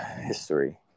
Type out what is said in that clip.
history